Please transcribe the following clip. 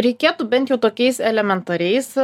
reikėtų bent jau tokiais elementariais